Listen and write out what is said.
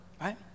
right